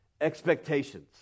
expectations